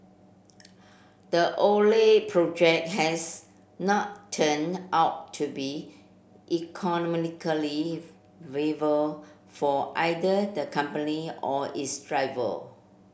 the project has not turned out to be viable for either the company or its driver